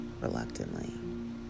reluctantly